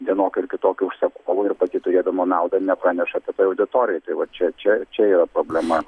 vienokiu ar kitokiu užsakovu ir pati turėdama naudą nepraneša apie tai auditorijai tai vat čia čia čia yra problema